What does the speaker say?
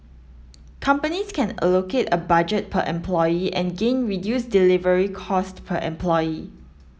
companies can allocate a budget per employee and gain reduced delivery cost per employee